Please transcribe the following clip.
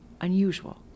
unusual